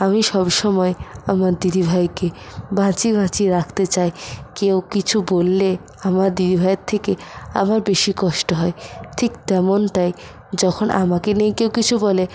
আমি সব সময় আমার দিদিভাইকে বাঁচিয়ে বাঁচিয়ে রাখতে চাই কেউ কিছু বললে আমার দিদিভাইয়ের থেকে আমার বেশি কষ্ট হয় ঠিক তেমনটাই যখন আমাকে নিয়ে কেউ কিছু বলে